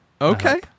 okay